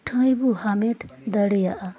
ᱴᱷᱟᱺᱭ ᱵᱚ ᱦᱟᱢᱮᱴ ᱫᱟᱲᱮᱭᱟᱜᱼᱟ